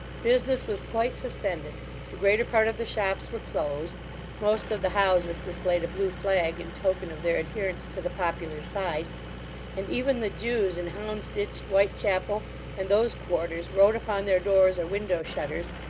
business was quite suspended the greater part of the shops were closed most of the houses displayed a blue flag in token of their adherence to the popular side and even the jews in houndsditch, whitechapel, and those quarters, wrote upon their doors or window-shutters,